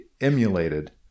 emulated